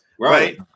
Right